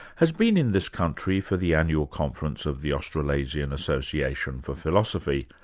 has been in this country for the annual conference of the australasian association for philosophy.